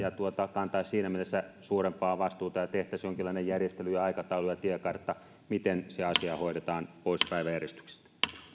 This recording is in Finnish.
kantaisi siinä mielessä suurempaa vastuuta ja tehtäisiin jonkinlainen järjestely ja aikataulu ja tiekartta miten se asia hoidetaan pois päiväjärjestyksestä